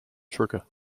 trigger